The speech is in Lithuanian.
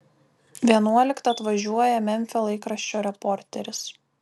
vienuoliktą atvažiuoja memfio laikraščio reporteris